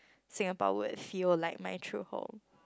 Singapore would feel like my true home